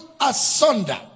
asunder